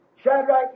Shadrach